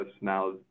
now